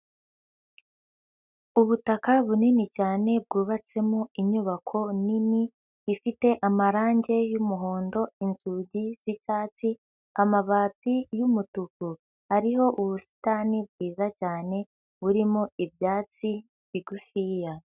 Ubutaka bunini cyane bwubatsemo inyubako nini, ifite amarange y'umuhondo inzugi z'icyatsi, amabati y'umutuku, ariho ubusitani bwiza cyane, burimo ibyatsi bigufiya.